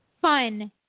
Fun